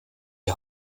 die